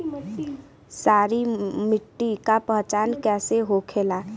सारी मिट्टी का पहचान कैसे होखेला?